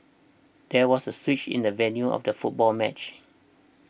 there was a switch in the venue of the football match